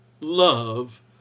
love